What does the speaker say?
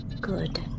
Good